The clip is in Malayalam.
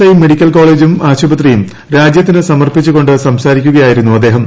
ഐ മെഡിക്കൽ കോളേജും ആശുപത്രിയും രാജ്യത്തിന് സമർപ്പിച്ചുകൊ് സംസാരിക്കുകയായിരുന്നു അദ്ദേഹം